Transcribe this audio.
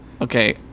Okay